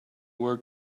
word